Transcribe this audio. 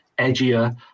edgier